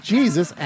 Jesus